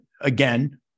again